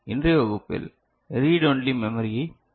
இன்றைய வகுப்பில் read only மெமரியை பார்ப்போம்